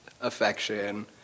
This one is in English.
affection